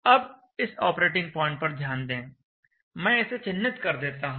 अब इस operating point पर ध्यान दें मैं इसे चिह्नित कर देता हूं